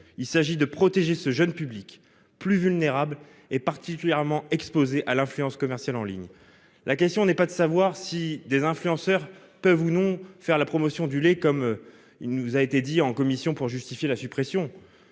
Il s'agit de protéger ce jeune public, plus vulnérable et particulièrement exposé à l'influence commerciale en ligne. La question n'est pas de savoir si des influenceurs peuvent, ou non, faire la promotion du lait, comme on nous l'a dit en commission pour justifier la suppression